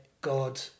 god